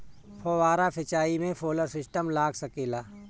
फौबारा सिचाई मै सोलर सिस्टम लाग सकेला?